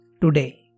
today